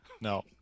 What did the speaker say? no